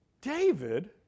David